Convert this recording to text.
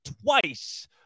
twice